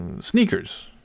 sneakers